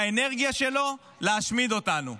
את האנרגיה שלו, בלהשמיד אותנו?